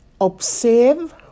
Observe